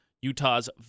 Utah's